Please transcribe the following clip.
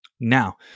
Now